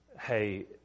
Hey